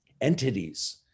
entities